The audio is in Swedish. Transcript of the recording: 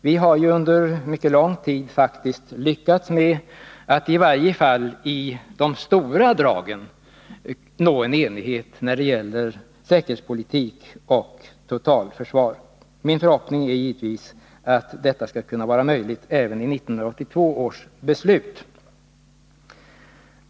Vi har ju under mycket lång tid faktiskt lyckats med att i varje fall i de stora dragen nå en enighet när det gäller säkerhetspolitik och totalförsvar. Min förhoppning är givetvis att detta skall vara möjligt även i 1982 års beslut.